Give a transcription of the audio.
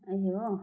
ए हो